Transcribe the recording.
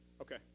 Okay